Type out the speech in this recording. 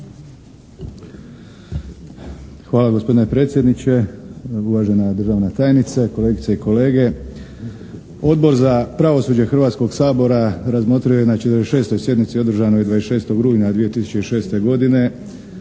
Hvala gospodine predsjedniče. Uvažena državna tajnice, kolegice i kolege. Odbor za pravosuđe Hrvatskog sabora razmotrio je na 46. sjednici održanoj 26. rujna 2006. godine